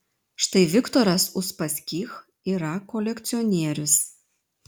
štai viktoras uspaskich yra kolekcionierius